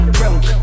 broke